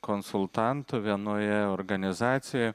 konsultantu vienoje organizacijoje